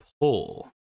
Pull